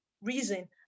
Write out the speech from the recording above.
reason